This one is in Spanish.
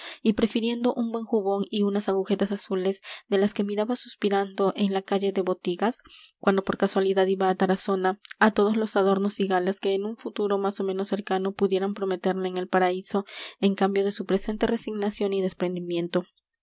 y prefiriendo un buen jubón y unas agujetas azules de las que miraba suspirando en la calle de botigas cuando por casualidad iba á tarazona á todos los adornos y galas que en un futuro más ó menos cercano pudieran prometerle en el paraíso en cambio de su presente resignación y desprendimiento